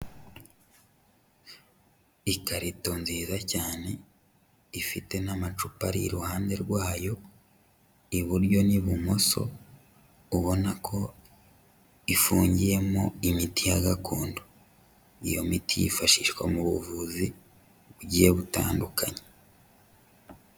Ikarito nziza cyane ifite n'amacupa ari iruhande rwayo iburyo n'ibumoso, ubona ko ifungiyemo imiti ya gakondo, iyo miti yifashishwa mu buvuzi bugiye butandukanye.